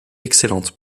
excellente